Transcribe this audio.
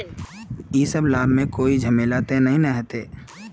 इ सब लाभ में कोई झमेला ते नय ने होते?